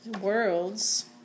worlds